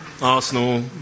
Arsenal